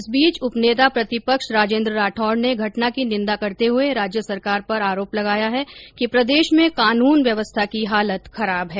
इस बीच उपनेता प्रतिपक्ष राजेन्द्र राठौड़ ने घटना की निंदा करते हुए राज्य सरकार पर आरोप लगाया है कि प्रदेश में काननू व्यवस्था की हालत खराब है